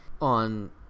on